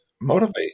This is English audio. motivate